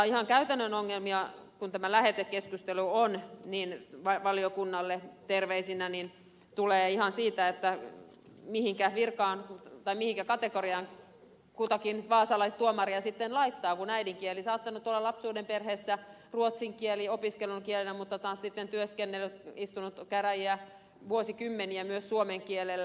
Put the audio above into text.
ihan käytännön ongelmia kun tämä on lähetekeskustelu valiokunnalle terveisinä tulee siitä mihinkä kategoriaan kutakin vaasalaistuomaria sitten laittaa kun äidinkieli on saattanut olla lapsuuden perheessä ruotsin kieli samoin opiskelukielenä ruotsin kieli mutta sitten taas on työskennellyt istunut käräjiä vuosikymmeniä myös suomen kielellä